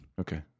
Okay